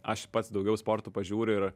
aš pats daugiau sportų pažiūriu ir